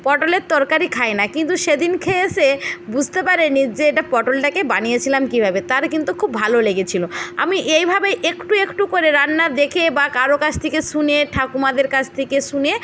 পটলের তরকারি খায় না কিন্তু সেদিন খেয়ে সে বুঝতে পারে নি যে এটা পটলটাকে বানিয়েছিলাম কীভাবে তার কিন্তু খুব ভালো লেগেছিলো আমি এইভাবেই একটু একটু করে রান্না দেখে বা করো কাছ থেকে শুনে ঠাকুমাদের কাছ থেকে শুনে